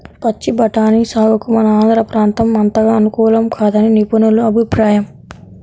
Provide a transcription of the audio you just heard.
పచ్చి బఠానీ సాగుకు మన ఆంధ్ర ప్రాంతం అంతగా అనుకూలం కాదని నిపుణుల అభిప్రాయం